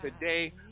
today